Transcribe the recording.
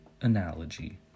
analogy